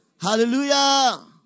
Hallelujah